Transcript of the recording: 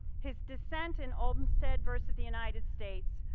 his dissent in olmsted versus the united states,